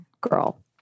girl